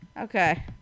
Okay